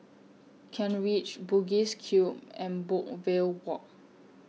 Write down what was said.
Kent Ridge Bugis Cube and Brookvale Walk